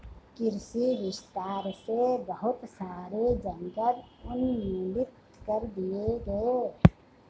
कृषि विस्तार से बहुत सारे जंगल उन्मूलित कर दिए गए